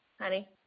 Honey